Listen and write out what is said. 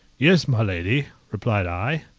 yes, my lady, replied i,